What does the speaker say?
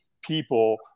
people